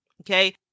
Okay